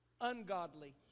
ungodly